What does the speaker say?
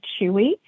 Chewy